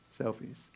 Selfies